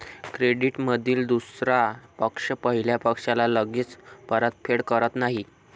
क्रेडिटमधील दुसरा पक्ष पहिल्या पक्षाला लगेच परतफेड करत नाही